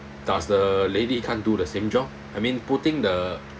does the lady can't do the same job I mean putting the